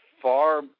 far